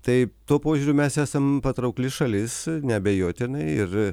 tai tuo požiūriu mes esam patraukli šalis neabejotinai ir